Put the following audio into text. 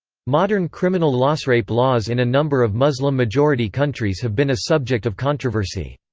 modern criminal lawsrape laws in a number of muslim-majority countries have been a subject of controversy.